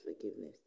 forgiveness